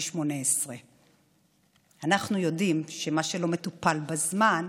18. אנחנו יודעים שמה שלא מטופל בזמן,